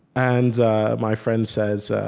and my friend says,